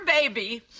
baby